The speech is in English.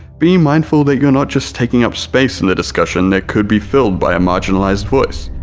be mindful that you're not just taking up space in the discussion that could be filled by a marginalized voice,